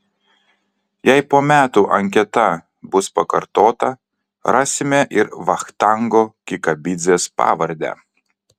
jei po metų anketa bus pakartota rasime ir vachtango kikabidzės pavardę